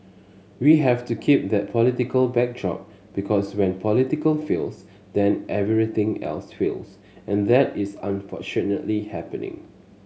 we have to keep that political backdrop because when politics fails then everything else fails and that is unfortunately happening